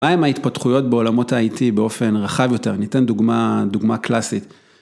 מהם ההתפתחויות בעולמות ה-IT באופן רחב יותר, ניתן דוגמה קלאסית.